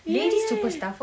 ya ya ya